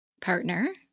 partner